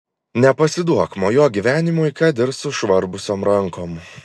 nepasiduok mojuok gyvenimui kad ir sužvarbusiom rankom